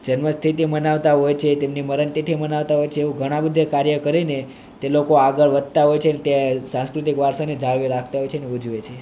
જન્મતિથિ મનાવતા હોય છે તેમની મરણતિથિ મનાવતા હોય છે તેવું ઘણા બધા કાર્ય કરીને તે લોકો આગળ વધતા હોય છે તે સાંસ્કૃતિક વારસાને રાખતા હોય છે ને ઉજવે છે